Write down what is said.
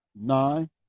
nine